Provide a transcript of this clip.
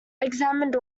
examined